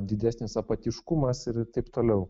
didesnis apatiškumas ir taip toliau